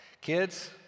Kids